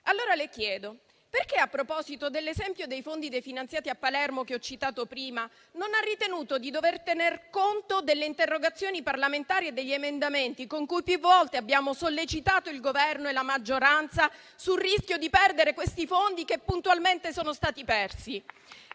allora, perché a proposito dell'esempio dei fondi definanziati a Palermo che ho citato prima non ha ritenuto di dover tener conto delle interrogazioni parlamentari e degli emendamenti con cui più volte abbiamo sollecitato il Governo e la maggioranza sul rischio di perdere questi fondi che puntualmente sono stati persi.